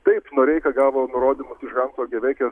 taip noreika gavo nurodymus iš hanso gevekio